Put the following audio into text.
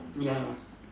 ya